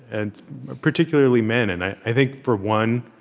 and particularly men. and i think, for one,